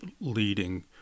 leading